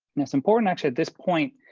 that's important, actually, at this point,